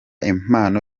impano